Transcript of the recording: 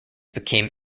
became